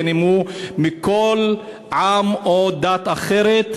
בין אם הוא מכל עם או דת אחרת.